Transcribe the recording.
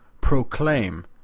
proclaim